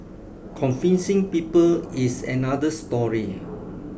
convincing people is another story